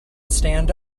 stand